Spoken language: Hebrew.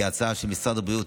כי ההצעה של משרד הבריאות,